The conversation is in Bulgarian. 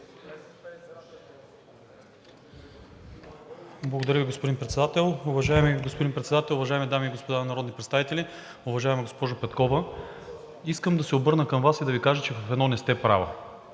Уважаеми господин Председател, уважаеми дами и господа народни представители! Уважаема госпожо Петкова, искам да се обърна към Вас и да Ви кажа, че в едно не сте права